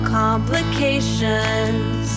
complications